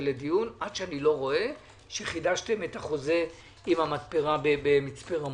לדיון עד שאני לא רואה שחידשתם את החוזה עם המתפרה במצפה רמון.